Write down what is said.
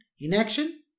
inaction